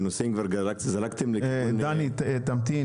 לנושא אם כבר זלגתם --- דני תמתין,